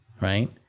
right